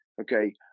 okay